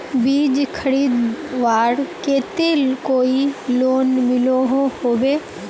बीज खरीदवार केते कोई लोन मिलोहो होबे?